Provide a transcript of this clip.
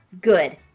Good